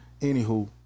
anywho